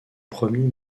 premiers